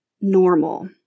normal